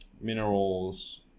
minerals